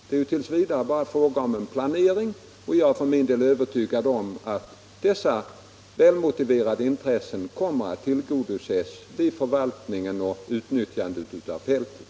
Det är tills vidare bara fråga om planering, och jag är för min del övertygad om att de välmotiverade intressen det gäller kommer att tillgodoses vid förvaltningen och utnyttjandet av fältet.